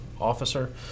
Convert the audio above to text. officer